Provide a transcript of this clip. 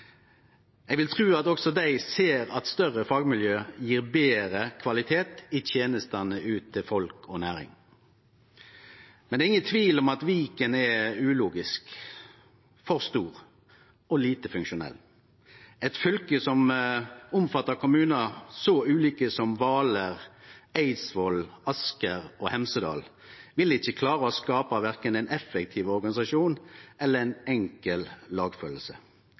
Eg vil tru at også dei ser at større fagmiljø gjev betre kvalitet i tenestene ut til folk og næring. Men det er ingen tvil om at Viken er ulogisk, for stor og lite funksjonell. Eit fylke som omfattar kommunar så ulike som Hvaler, Eidsvoll, Asker og Hemsedal vil ikkje klare å skape korkje ein effektiv organisasjon eller ein enkel lagfølelse.